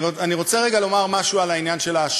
אני רוצה רגע לומר משהו על האשראי.